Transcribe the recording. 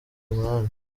umunani